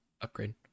upgrade